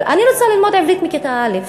אני רוצה ללמוד עברית מכיתה א',